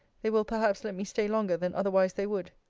they will perhaps let me stay longer than otherwise they would.